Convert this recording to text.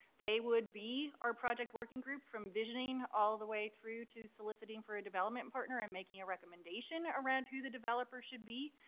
they would be our project working group from visioning all the way through to soliciting for development partner and making a recommendation around who the developer should be.